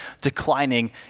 declining